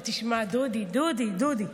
תשמע, דודי, דודי: